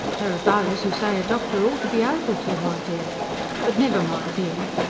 there are those who say a doctor ought to be able to, my dear but never mind him.